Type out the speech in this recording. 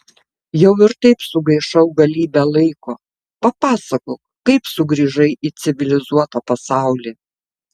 jau ir taip sugaišau galybę laiko papasakok kaip sugrįžai į civilizuotą pasaulį